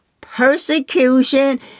persecution